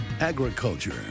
Agriculture